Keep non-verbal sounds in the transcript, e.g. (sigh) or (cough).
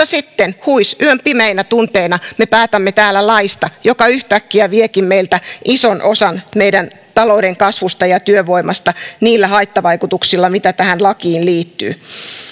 (unintelligible) sitten huis yön pimeinä tunteina me päätämme täällä laista joka yhtäkkiä viekin meiltä ison osan meidän taloutemme kasvusta ja työvoimastamme niillä haittavaikutuksilla mitä tähän lakiin liittyy